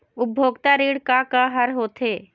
उपभोक्ता ऋण का का हर होथे?